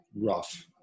rough